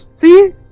see